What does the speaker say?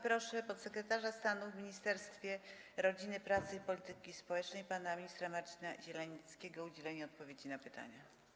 Proszę podsekretarza stanu w Ministerstwie Rodziny, Pracy i Polityki Społecznej pana ministra Marcina Zielenieckiego o udzielenie odpowiedzi na pytania.